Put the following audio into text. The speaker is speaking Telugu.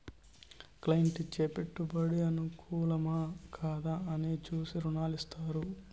క్లైంట్ ఇచ్చే పెట్టుబడి అనుకూలమా, కాదా అని చూసి రుణాలు ఇత్తారు